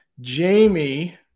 Jamie